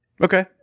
Okay